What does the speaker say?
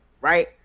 right